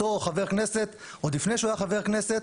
אותו חבר כנסת עוד לפני שהוא היה חבר כנסת